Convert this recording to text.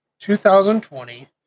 2020